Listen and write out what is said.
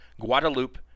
Guadeloupe